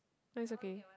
no its okay